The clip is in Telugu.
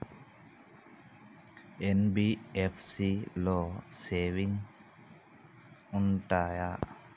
ఎన్.బి.ఎఫ్.సి లో సేవింగ్స్ ఉంటయా?